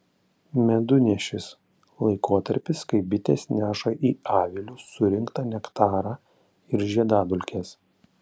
medunešis laikotarpis kai bitės neša į avilius surinktą nektarą ir žiedadulkes